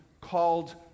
called